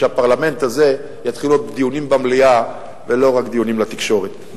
שבפרלמנט הזה יתחילו להיות דיונים במליאה ולא רק דיונים לתקשורת.